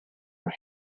her